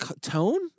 tone